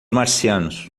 marcianos